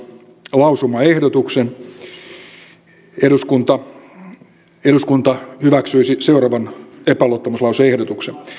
lausumaehdotuksen esitän että eduskunta hyväksyisi seuraavan epäluottamuslause ehdotuksen